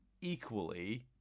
equally